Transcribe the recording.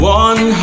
one